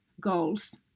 goals